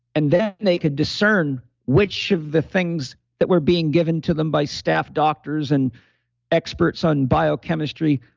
and then they could discern which of the things that were being given to them by staff, doctors, and experts on biochemistry,